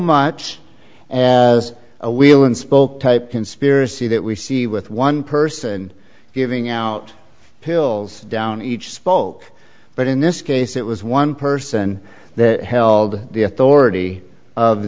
much as a wheel and spoke type conspiracy that we see with one person giving out pills down each spoke but in this case it was one person that held the authority of